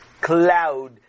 cloud